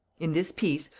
in this piece,